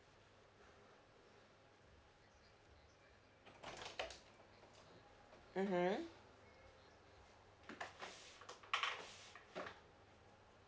mmhmm